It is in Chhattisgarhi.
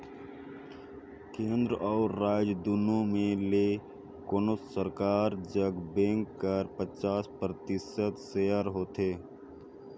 केन्द्र अउ राएज दुनो में ले कोनोच सरकार जग बेंक कर पचास परतिसत सेयर होथे